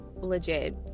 legit